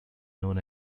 known